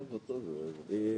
בבקשה.